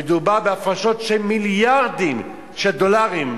מדובר בהפרשות של מיליארדים של דולרים,